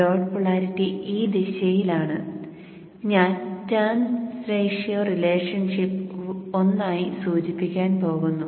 dot polarity ഈ ദിശയിലാണ് ഞാൻ ടേൺസ് റേഷ്യോ റിലേഷൻഷിപ്പ് 1 ആയി സൂചിപ്പിക്കാൻ പോകുന്നു